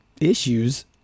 issues